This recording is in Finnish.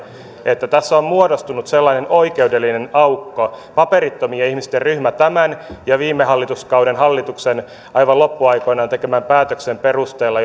että tässä on muodostunut sellainen oikeudellinen aukko paperittomien ihmisten ryhmä tämän ja viime hallituskauden hallituksen aivan loppuaikoinaan tekemän päätöksen perusteella